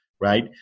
right